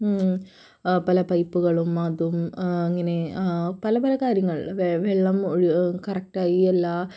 പല പൈപ്പുകളും അതും അങ്ങനെ പല പല കാര്യങ്ങൾ വെള്ളം കറക്റ്റ് ആയി എല്ലാ